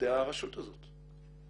בעובדי הרשות הזאת,